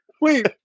Wait